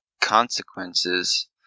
consequences